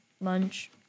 Lunch